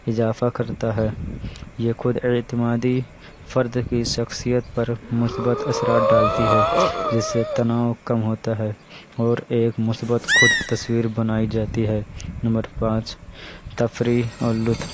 اضافہ کرتا ہے یہ خود اعتمادی فرد کی سخصیت پر مثبت اثرات ڈالتی ہے جس سے تناؤ کم ہوتا ہے اور ایک مثبت خود تصویر بنائی جاتی ہے نمبر پانچ تفریح اور لطف